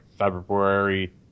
February